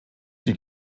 die